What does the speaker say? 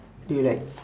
do you like